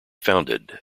founded